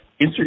Instagram